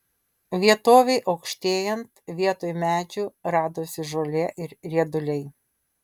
vietovei aukštėjant vietoj medžių radosi žolė ir rieduliai